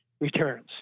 returns